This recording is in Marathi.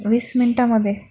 वीस मिनिटामध्ये